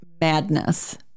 madness